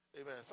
Amen